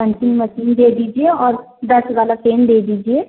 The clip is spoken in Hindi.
पंचिंग मसीन दे दीजिए और दस वाला पेन दे दीजिए